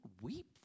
weep